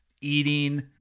eating